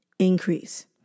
Increase